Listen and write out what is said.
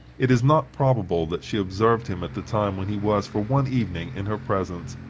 it is not probable that she observed him at the time when he was, for one evening, in her presence,